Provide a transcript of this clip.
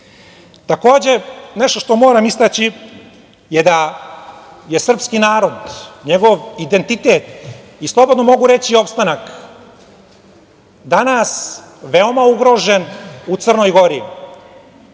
centi. Takođe, nešto što moram istaći, jeste da je srpski narod, njegov identitet, i slobodno mogu reći opstanak danas veoma ugrožen u Crnoj Gori,